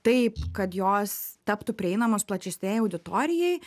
taip kad jos taptų prieinamos plačesnei auditorijai